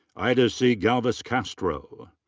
ayda c. galvez-castro.